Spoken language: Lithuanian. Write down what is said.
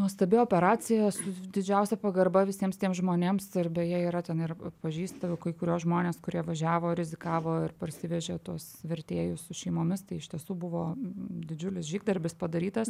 nuostabi operacija su didžiausia pagarba visiems tiems žmonėms ir beje yra ten ir pažįstu kai kuriuos žmones kurie važiavo rizikavo ir parsivežė tuos vertėjus su šeimomis tai iš tiesų buvo didžiulis žygdarbis padarytas